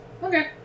Okay